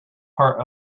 part